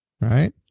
right